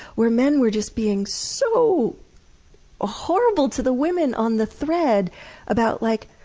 where men were just being so ah horrible to the women on the thread about, like,